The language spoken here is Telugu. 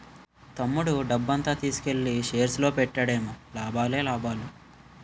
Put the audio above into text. తమ్ముడు డబ్బంతా తీసుకెల్లి షేర్స్ లో పెట్టాడేమో లాభాలే లాభాలు